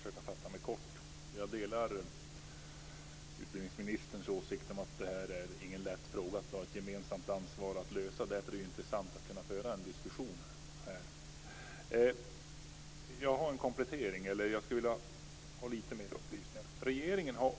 Fru talman! Jag skall försöka fatta mig kort. Jag delar utbildningsministerns åsikt att det här inte är någon lätt fråga och att vi har ett gemensamt ansvar för att lösa den. Det är intressant att här kunna föra en diskussion om detta. Jag skulle vilja ha litet mer upplysningar.